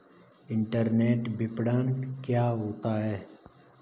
Internet विपणन क्या होता है?